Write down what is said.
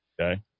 Okay